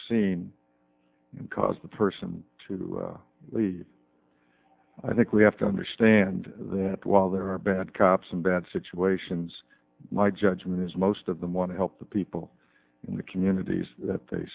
scene cause the person to lead i think we have to understand that while there are bad cops and bad situations my judgment is most of them want to help the people in the communities that they